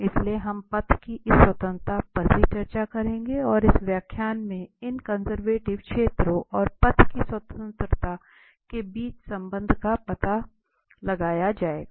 इसलिए हम पथ की इस स्वतंत्रता पर भी चर्चा करेंगे और इस व्याख्यान में इन कंजर्वेटिव क्षेत्रों और पथ की स्वतंत्रता के बीच संबंध का पता लगाया जाएगा